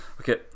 okay